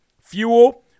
fuel